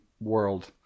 world